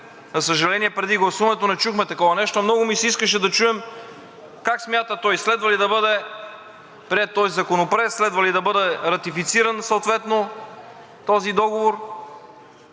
за съжаление, преди гласуването не чухме такова нещо, но много ми се искаше да чуем как смята той – следва ли да бъде приет този законопроект, следва ли да бъде ратифициран съответно този договор?